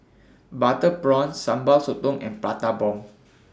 Butter Prawns Sambal Sotong and Prata Bomb